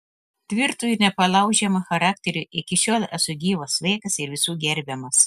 tvirtu ir nepalaužiamu charakteriu iki šiol esu gyvas sveikas ir visų gerbiamas